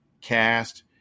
cast